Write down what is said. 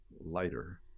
lighter